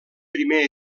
primer